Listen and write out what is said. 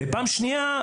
פעם שנייה,